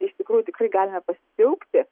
iš tikrųjų tikrai galime pasidžiaugti